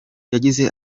yagize